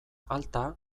alta